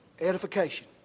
edification